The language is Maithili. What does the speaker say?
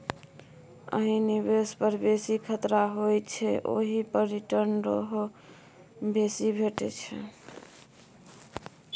जाहि निबेश पर बेसी खतरा होइ छै ओहि पर रिटर्न सेहो बेसी भेटै छै